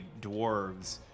dwarves